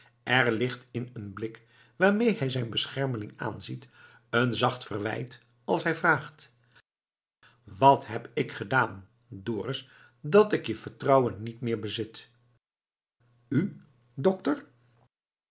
er ligt in den blik waarmede hij zijn beschermeling aanziet een zacht verwijt als hij vraagt wat heb ik gedaan dorus dat ik je vertrouwen niet meer bezit u dokter